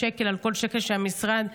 להביא שקל על כל שקל שהמשרד ייתן.